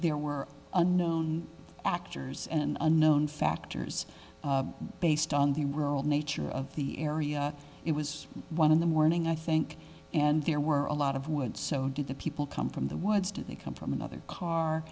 there were a known actors and unknown factors based on the role nature of the area it was one in the morning i think and there were a lot of wood so did the people come from the woods did they come from another